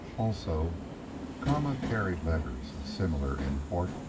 also kama carried letters of similar import,